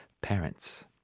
parents